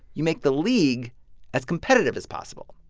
you make the league as competitive as possible,